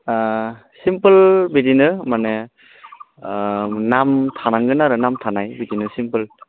सिमपोल बिदिनो माने नाम थानांगोन आरो नाम थानाय इदिनो सिमपोल